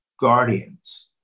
guardians